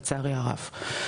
לצערי הרב.